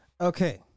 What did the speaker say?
Okay